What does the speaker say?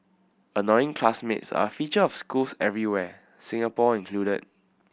annoying classmates are a feature of schools everywhere Singapore included